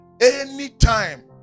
Anytime